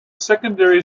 secondary